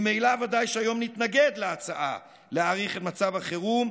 ממילא ודאי שנתנגד היום להצעה להאריך את מצב החירום,